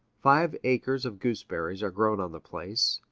five acres of gooseberries are grown on the place,